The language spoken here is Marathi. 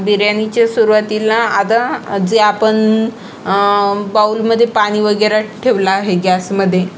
बिर्याणीच्या सुरुवातीला आता जे आपण बाऊलमध्ये पाणी वगैरे ठेवला आहे गॅसमध्ये